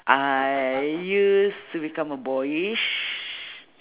I used to become a boyish